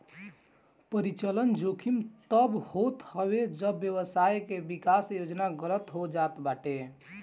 परिचलन जोखिम तब होत हवे जब व्यवसाय के विकास योजना गलत हो जात बाटे